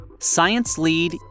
science-lead